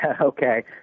Okay